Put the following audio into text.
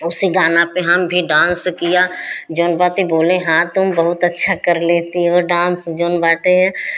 उसी गाना पर हम भी डांस किया जोन बाते बोलें हाँ तुम बहुत अच्छा कर लेती हो डांस जोन बाटे